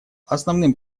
основным